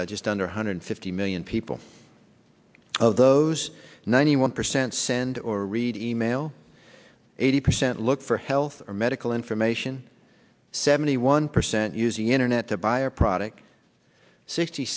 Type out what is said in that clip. just under one hundred fifty million people of those ninety one percent send or read e mail eighty percent look for health or medical information seventy one percent using the internet to buy a product sixty